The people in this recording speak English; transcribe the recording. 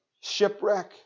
shipwreck